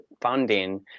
funding